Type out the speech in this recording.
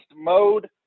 Mode